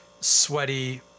sweaty